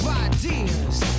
ideas